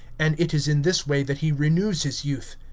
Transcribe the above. and it is in this way that he renews his youth.